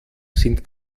sind